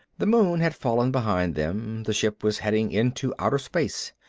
the moon had fallen behind them the ship was heading into outer space.